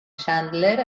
chandler